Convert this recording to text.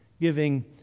giving